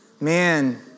Man